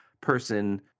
person